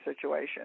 situation